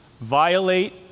violate